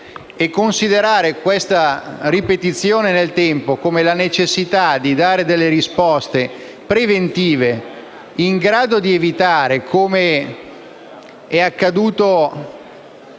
Considerare questa ripetizione nel tempo come la necessità di dare delle risposte preventive, in grado di evitare, com'è accaduto